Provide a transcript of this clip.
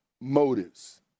motives